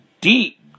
deep